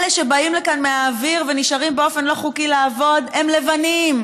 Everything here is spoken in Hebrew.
אלה שבאים לכאן מהאוויר ונשארים באופן לא חוקי לעבוד הם לבנים.